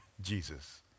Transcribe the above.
Jesus